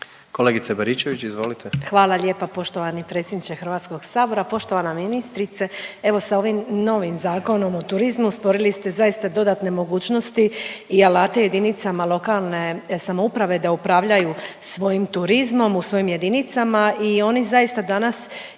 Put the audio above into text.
izvolite. **Baričević, Danica (HDZ)** Hvala lijepo poštovani predsjedniče HS-a, poštovana ministrice. Evo sa ovim novim Zakonom o turizmu stvorili ste zaista dodatne mogućnosti i alate jedinicama lokalne samouprave da upravljaju svojim turizmom u svojim jedinicama i oni zaista danas